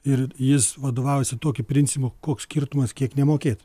ir jis vadovavosi tokiu principukoks koks skirtumas kiek nemokėt